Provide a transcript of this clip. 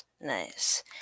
Nice